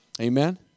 Amen